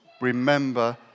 Remember